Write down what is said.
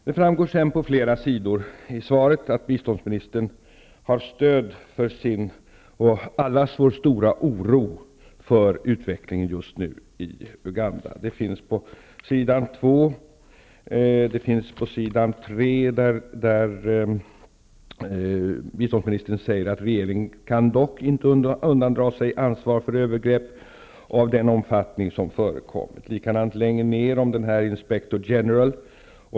Det framgår på flera ställen i svaret att biståndsministern har stöd för sin och allas vår stora oro för utvecklingen just nu i Uganda. På s. 3 i det utdelade svaret säger biståndsministern :''Regeringen kan dock inte undandra sig ett ansvar för övergrepp av den omfattning som förekommit.'' Längre ner står om Inspector-General.